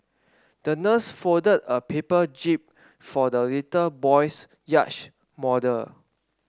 the nurse folded a paper jib for the little boy's yacht model